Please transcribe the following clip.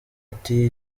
ati